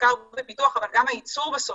המחקר ופיתוח אבל גם הייצור בסוף,